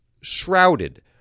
shrouded